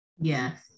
Yes